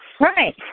Right